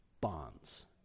bonds